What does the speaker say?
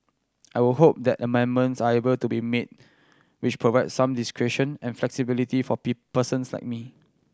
I would hope that amendments are able to be made which provide some discretion and flexibility for persons like me